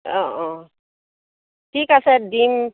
অঁ অঁ ঠিক আছে দিম